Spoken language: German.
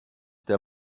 der